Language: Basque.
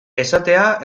esatea